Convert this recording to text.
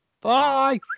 Bye